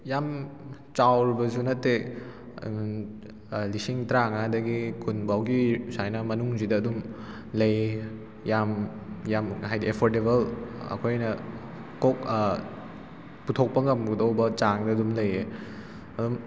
ꯌꯥꯝ ꯆꯥꯎꯔꯨꯕꯁꯨ ꯅꯠꯇꯦ ꯑꯗꯨꯝ ꯂꯤꯁꯤꯡ ꯇꯔꯥꯃꯉꯥꯗꯒꯤ ꯀꯨꯟꯐꯧꯒꯤ ꯁꯨꯃꯥꯏꯅ ꯃꯅꯨꯡꯁꯤꯗ ꯑꯗꯨꯝ ꯂꯩ ꯌꯥꯝ ꯌꯥꯝ ꯍꯥꯏꯗꯤ ꯑꯦꯐꯣꯔꯗꯦꯕꯜ ꯑꯩꯈꯣꯏꯅ ꯀꯣꯛ ꯄꯨꯊꯣꯛꯄ ꯉꯝꯒꯗꯧꯕ ꯆꯥꯡꯗ ꯑꯗꯨꯝ ꯂꯩꯌꯦ ꯑꯗꯨꯝ